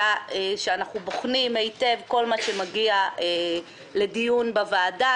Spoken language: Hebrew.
היה שאנחנו בוחנים היטב כל מה שמגיע לדיון בוועדה,